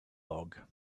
log